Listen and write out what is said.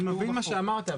אני מבין מה שאמרת.